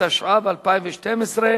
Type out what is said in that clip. התשע"ב 2012,